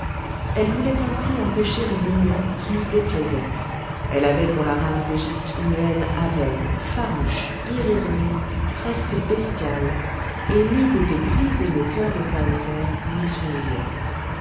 elle voulait empêcher une union qui lui déplaisait elle avait pour la race d'égypte une haine aveugle farouche irraisonnée presque bestiale et l'idée de briser le cœur de tahoser lui souriait